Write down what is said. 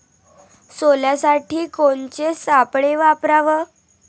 सोल्यासाठी कोनचे सापळे वापराव?